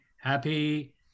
happy